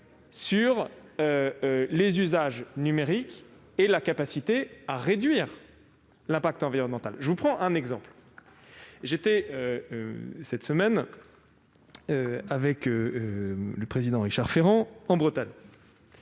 sur les usages numériques et sa capacité à réduire l'impact environnemental. Je prendrai un exemple. Je me suis rendu cette semaine avec le président Richard Ferrand en Bretagne,